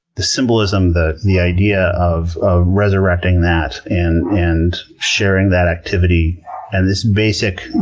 the symbolism, the the idea of of resurrecting that and and sharing that activity and this basic,